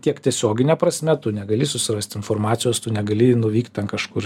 tiek tiesiogine prasme tu negali susirast informacijos tu negali nuvykt ten kažkur